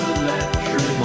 electric